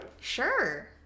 Sure